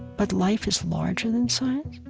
but life is larger than science.